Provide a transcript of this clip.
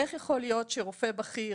איך יכול להיות שרופא בכיר,